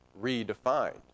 redefined